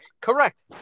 Correct